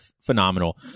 phenomenal